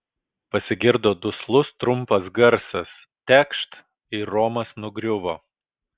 pasigirdo duslus trumpas garsas tekšt ir romas nugriuvo